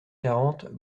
quarante